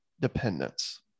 dependence